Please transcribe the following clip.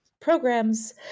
programs